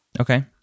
Okay